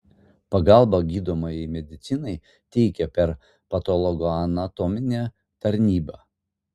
pagalbą gydomajai medicinai teikia per patologoanatominę tarnybą